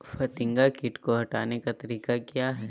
फतिंगा किट को हटाने का तरीका क्या है?